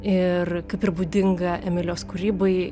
ir kaip ir būdinga emilijos kūrybai